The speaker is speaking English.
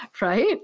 Right